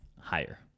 Higher